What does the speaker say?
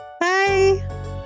Bye